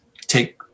Take